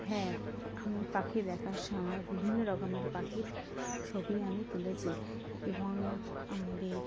হ্যাঁ আমি পাখি দেখার সময় বিভিন্ন রকমের পাখির ছবি আমি তুলেছি এবং আমাদের